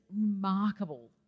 remarkable